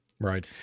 Right